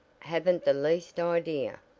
haven't the least idea.